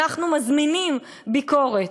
אנחנו מזמינים ביקורת,